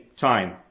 time